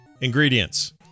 ingredients